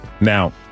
Now